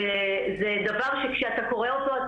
זה דבר שכשאתה קורא אותו,